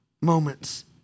moments